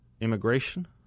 Immigration